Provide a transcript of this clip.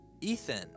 Ethan